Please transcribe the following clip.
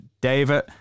David